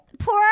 Poor